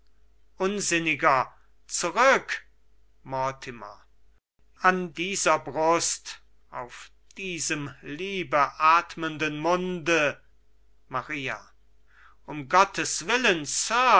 unsinniger zurück mortimer an dieser brust auf diesem liebe atmenden munde maria um gottes willen